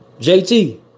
JT